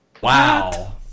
Wow